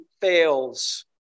fails